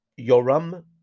Yoram